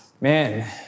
man